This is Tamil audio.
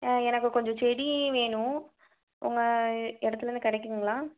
எனக்கு கொஞ்சம் செடி வேணும் உங்கள் இடத்துல இருந்து கிடைக்குங்ளா